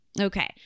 Okay